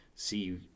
see